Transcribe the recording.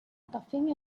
coughing